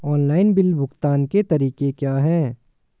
Online bill भुगतान के तरीके क्या हैं?